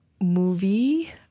movie